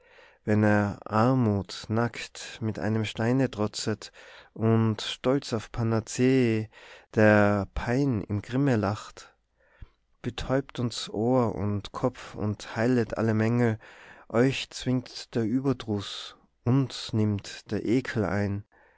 wenn er armut nackt mit einem steine trotzet und stolz auf panacee der pein im grimme lacht betäubt uns ohr und kopf und heilet alle mängel euch zwingt der überdruss uns nimmt der ekel ein